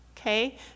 okay